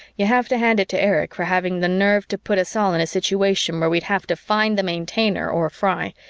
you have to hand it to erich for having the nerve to put us all in a situation where we'd have to find the maintainer or fry,